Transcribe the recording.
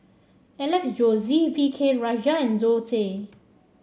Alex Josey V K Rajah and Zoe Tay